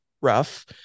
rough